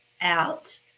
out